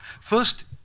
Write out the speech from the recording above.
First